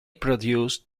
produce